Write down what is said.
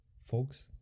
Folks